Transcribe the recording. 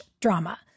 drama